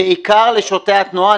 בעיקר לשוטרי התנועה,